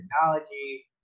technology